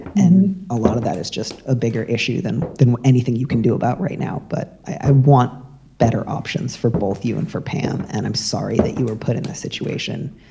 and a lot of that is just a bigger issue them than anything you can do about right now. but i want better options for both you and for pam and i'm sorry that you were put in this situation,